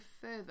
further